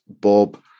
Bob